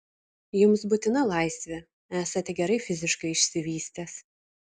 jums būtina laisvė esate gerai fiziškai išsivystęs